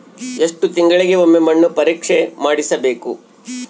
ಎಷ್ಟು ತಿಂಗಳಿಗೆ ಒಮ್ಮೆ ಮಣ್ಣು ಪರೇಕ್ಷೆ ಮಾಡಿಸಬೇಕು?